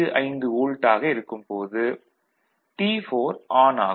55 volt ஆக இருக்கும் போது T4 ஆன் ஆகும்